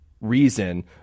reason